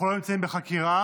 אנחנו לא נמצאים בחקירה,